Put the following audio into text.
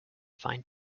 find